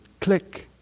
click